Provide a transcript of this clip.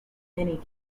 many